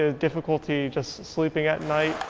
ah difficulty just sleeping at night.